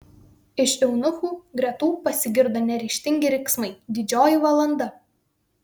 iš eunuchų gretų pasigirdo neryžtingi riksmai didžioji valanda